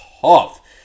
tough